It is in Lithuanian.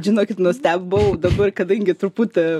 žinokit nustebau dabar kadangi truputį